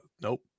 nope